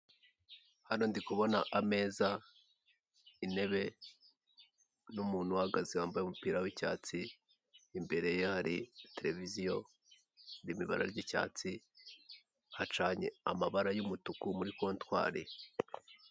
Hano ndi kubona ameza, intebe n'umuntu uhagaze wambaye umupira w'icyatsi, imbere ye hari televiziyo irimo ibara ry'icyatsi, hacanye amabara y'umutuku muri kontwari.